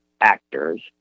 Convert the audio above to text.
actors